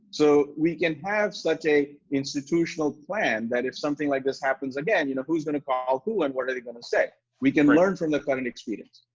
so, we can have such a institutional plan that if something like this happens again, you know, who's gonna call who and what are they gonna say? we can learn from the client experience.